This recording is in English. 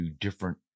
different